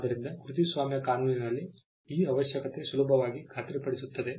ಆದ್ದರಿಂದ ಕೃತಿಸ್ವಾಮ್ಯ ಕಾನೂನಿನಲ್ಲಿ ಈ ಅವಶ್ಯಕತೆ ಸುಲಭವಾಗಿ ಖಾತ್ರಿಪಡಿಸುತ್ತದೆ